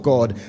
God